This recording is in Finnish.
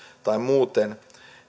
tai muuten